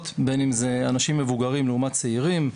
בין אם זה אנשים מבוגרים לעומת צעירים,